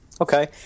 Okay